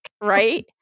right